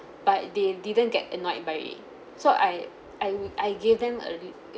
but they didn't get annoyed by me so I I I gave them a